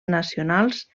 nacionals